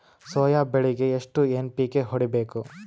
Soya ಬೆಳಿಗಿ ಎಷ್ಟು NPK ಹೊಡಿಬೇಕು?